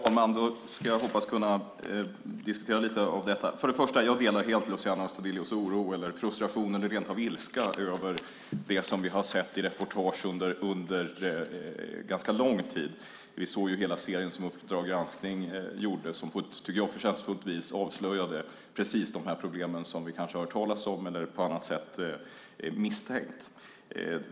Herr talman! Jag hoppas kunna diskutera detta lite grann. För det första delar jag helt Luciano Astudillos oro, frustration och rent av ilska över det som vi under ganska lång tid kunnat se i olika reportage. Den serie som Uppdrag granskning gjorde avslöjade på ett förtjänstfullt vis de problem som vi kanske hört talas om eller misstänkt att de fanns.